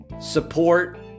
support